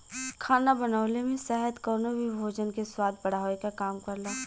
खाना बनवले में शहद कउनो भी भोजन के स्वाद बढ़ावे क काम करला